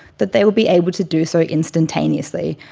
that they will be able to do so instantaneously.